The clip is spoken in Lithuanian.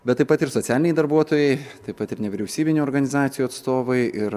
bet taip pat ir socialiniai darbuotojai taip pat ir nevyriausybinių organizacijų atstovai ir